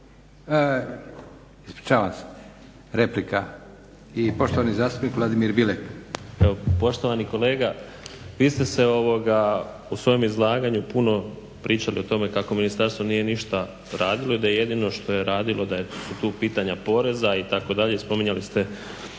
ispričavam se, replika i poštovani zastupnik Vladimir Bilek. **Bilek, Vladimir (HNS)** Evo, poštovani kolega vi ste se u svojem izlaganju puno pričali o tome kako ministarstvo nije ništa radili i da jedino što je radilo da su tu pitanja poreza itd. i spominjali ste